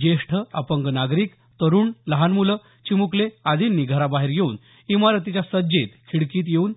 ज्येष्ठ अपंग नागरिक तरुण लहान मुले चिमुकले आदींनी घराबाहेर येऊन इमारतीच्या सज्जेत खिडकीत येऊन